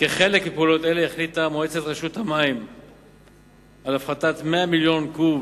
כחלק מפעולות אלה החליטה מועצת רשות המים על הפחתת 100 מיליון קוב